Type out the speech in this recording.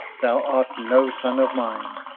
thou art no son of mine,